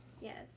Yes